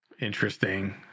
interesting